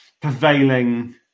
prevailing